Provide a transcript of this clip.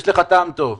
יש לך טעם טוב.